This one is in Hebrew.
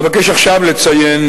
אבקש עכשיו לציין,